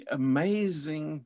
amazing